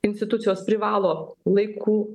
institucijos privalo laiku